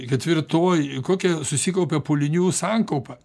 ketvirtoj kokia susikaupia pūlinių sankaupa